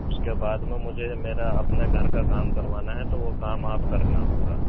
اُس کے بعد میں مجھے میرا اپنے گھر کا کام کروانا ہے تو وہ کام آپ کرنا پورا